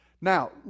Now